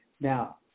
Now